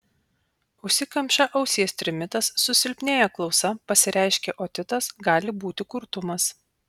užsikemša ausies trimitas susilpnėja klausa pasireiškia otitas gali būti kurtumas